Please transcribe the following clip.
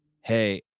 Hey